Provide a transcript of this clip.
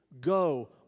Go